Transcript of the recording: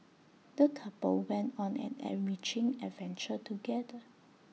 the couple went on an enriching adventure together